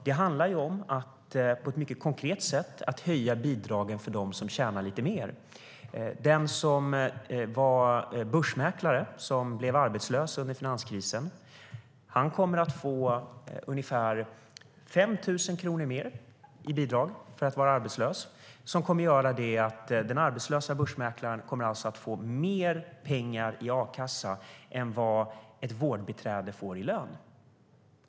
Det handlar på ett mycket konkret sätt om att höja bidragen för dem som tjänar lite mer. Den börsmäklare som blev arbetslös under finanskrisen kommer att få ungefär 5 000 kronor mer i arbetslöshetsbidrag vilket gör att han kommer att få mer pengar i a-kassa än vad ett vårdbiträde får i lön.